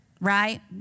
Right